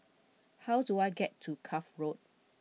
how do I get to Cuff Road